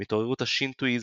עם התעוררות השינטואיזם